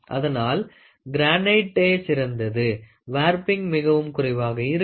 அதனால் கிரானைட்டே சிறந்தது வார்பிங் மிகவும் குறைவாக இருக்கும்